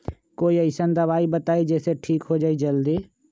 कोई अईसन दवाई बताई जे से ठीक हो जई जल्दी?